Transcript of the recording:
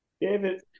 David